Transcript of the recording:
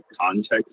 context